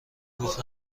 گفت